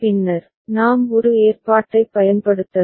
பின்னர் நாம் ஒரு ஏற்பாட்டைப் பயன்படுத்தலாம்